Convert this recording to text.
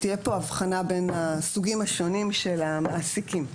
תהיה פה הבחנה בין הסוגים השונים של המעסיקים.